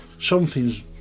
Something's